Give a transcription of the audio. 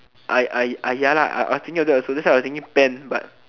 I I I ya lah I I was thinking that also that's why I was thinking pen but